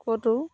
ক'তো